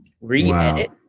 re-edit